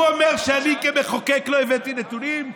הוא אומר שאני, כמחוקק, לא הבאתי נתונים?